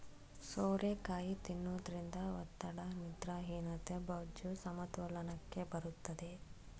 ಸೋರೆಕಾಯಿ ತಿನ್ನೋದ್ರಿಂದ ಒತ್ತಡ, ನಿದ್ರಾಹೀನತೆ, ಬೊಜ್ಜು, ಸಮತೋಲನಕ್ಕೆ ಬರುತ್ತದೆ